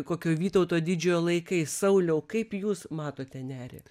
kokioj vytauto didžiojo laikais sauliau kaip jūs matote nerį